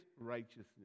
righteousness